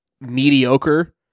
mediocre